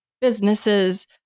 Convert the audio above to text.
businesses